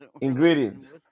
ingredients